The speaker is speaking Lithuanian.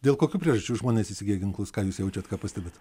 dėl kokių priežasčių žmonės įsigija ginklus ką jūs jaučiat ką pastebit